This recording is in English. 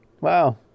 Wow